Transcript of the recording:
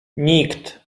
nikt